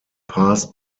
passed